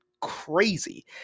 crazy